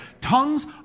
Tongues